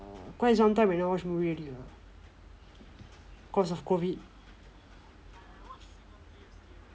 quite some time I never watch movie already lah cause of COVID